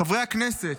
"חברי הכנסת,